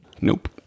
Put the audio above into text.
Nope